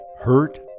hurt